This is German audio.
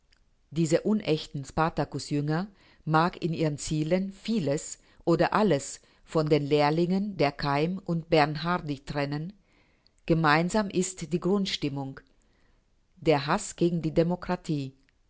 diese unechten spartacus-jünger mag in ihren zielen vieles oder alles von den lehrlingen der keim und bernhardy trennen gemeinsam ist die grundstimmung der haß gegen die demokratie